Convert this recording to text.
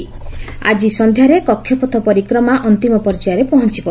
ଆଜି ସନ୍ଧ୍ୟାରେ କକ୍ଷପଥ ପରିକ୍ରମା ଅନ୍ତିମ ପର୍ଯ୍ୟାୟରେ ପହଞ୍ଚବ